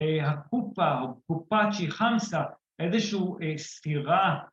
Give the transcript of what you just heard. ‫הקופה או קופצ'י, חמסה, ‫איזושהו ספירה.